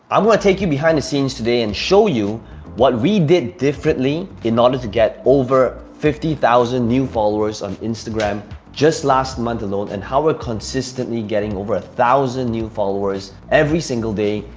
i'm gonna take you behind the scenes today and show you what we did differently in order to get over fifty thousand new followers on instagram just last month alone, and how we're consistently getting over one thousand new followers every single day.